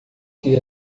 que